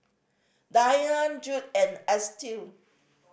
Dayna Judd and Estill